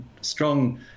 strong